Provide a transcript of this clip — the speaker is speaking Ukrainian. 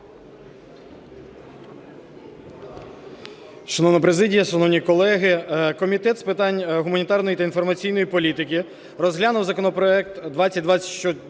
Шановна президія, шановні колеги, Комітет з питань гуманітарної та інформаційної політики розглянув законопроект 2024 на